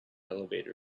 elevator